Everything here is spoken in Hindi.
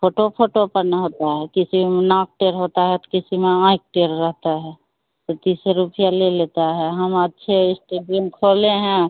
फोटो फोटो पर ना होता है किसी में नाक टेढ़ा होता है तो किसी में आंख टेढ़ा रहता है तो तीसे रुपये ले लेता है हम अच्छे इस्टूडियो में खोले हैं